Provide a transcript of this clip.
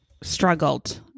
struggled